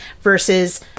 Versus